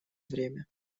время